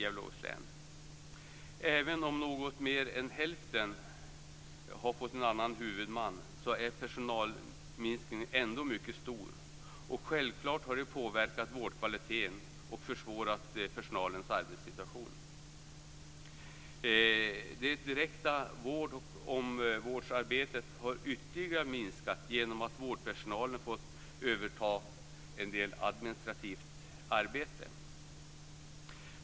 Även om något mer än häften har fått en annan huvudman, är personalminskningen ändå mycket stor. Det har självfallet påverkat vårdkvaliteten och försvårat personalens arbetssituation. Det direkta vård och omvårdnadsarbetet har ytterligare minskat genom att vårdpersonalen har fått överta en del administrativt arbete.